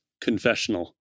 confessional